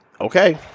Okay